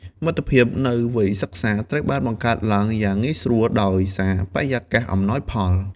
មិត្តភាពនៅវ័យសិក្សា ត្រូវបានបង្កើតឡើងយ៉ាងងាយស្រួលដោយសារបរិយាកាសអំណោយផល។